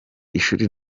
ishuri